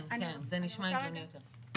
כן, כן, זה נשמע הגיוני יותר.